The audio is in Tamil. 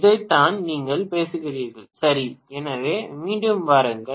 இதைத்தான் நீங்கள் பேசுகிறீர்கள் சரி எனவே மீண்டும் வாருங்கள்